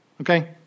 Okay